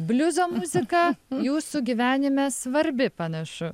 bliuzo muzika jūsų gyvenime svarbi panašu